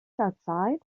outside